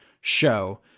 show